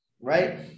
right